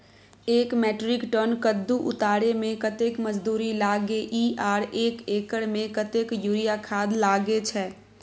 एक metric ton कद्दू उतारे में कतेक मजदूरी लागे इ आर एक एकर में कतेक यूरिया खाद लागे छै?